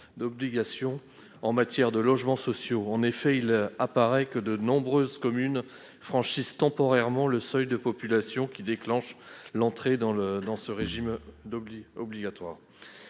d'obligation en matière de logements sociaux. Il apparaît que de nombreuses communes franchissent temporairement le seuil de population qui déclenche l'entrée dans le régime obligatoire.